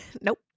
Nope